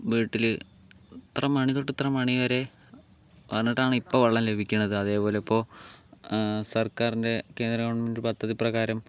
വീട്ടില് ഇത്ര മണി തൊട്ട് ഇത്ര മണിവരെ വന്നിട്ടാണ് ഇപ്പോൾ വെള്ളം ലഭിക്കണത് അതേപോലെ ഇപ്പോൾ സർക്കാരിൻ്റെ കേന്ദ്ര ഗവൺമെൻ്റ് പദ്ധതിപ്രകാരം